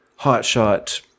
hotshot